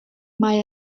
mae